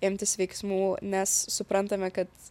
imtis veiksmų nes suprantame kad